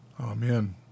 Amen